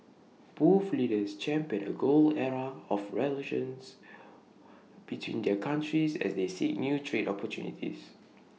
both leaders championed A golden era of relations between their countries as they seek new trade opportunities